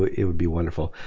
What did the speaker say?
it would be wonderful.